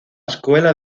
escuela